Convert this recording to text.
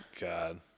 God